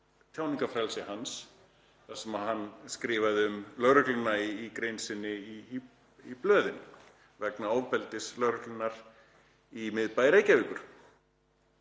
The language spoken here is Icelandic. þegar hann skrifaði um lögregluna í grein sinni í blöðin vegna ofbeldis lögreglunnar í miðbæ Reykjavíkur